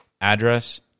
address